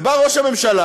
ובא ראש הממשלה,